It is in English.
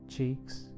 cheeks